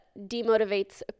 demotivates